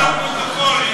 לפרוטוקול,